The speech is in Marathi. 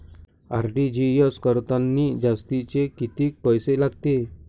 आर.टी.जी.एस करतांनी जास्तचे कितीक पैसे लागते?